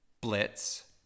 Blitz